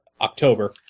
October